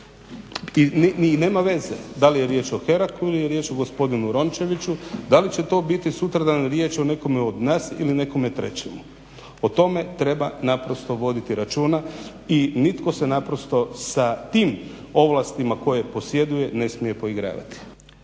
I nema veze, da li je riječ o Heraku ili je riječ o gospodinu Rončeviću, da li će to sutra biti riječ nekome od nas ili nekome trećemu, o tome treba voditi računa i nitko se sa tim ovlastima koje posjeduje ne smije poigravati.